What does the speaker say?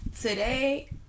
today